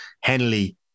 Henley